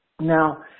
Now